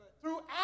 Throughout